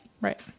right